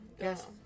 Yes